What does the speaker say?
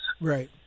Right